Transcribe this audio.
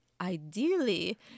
ideally